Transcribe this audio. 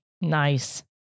Nice